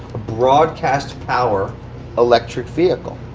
a broadcast power electric vehicle?